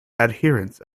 adherents